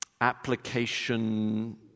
application